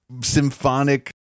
symphonic